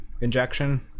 injection